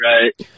right